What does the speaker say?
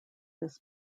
this